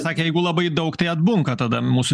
sakė jeigu labai daug tai atbunka tada mūsų